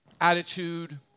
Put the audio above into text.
attitude